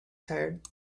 tired